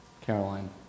Caroline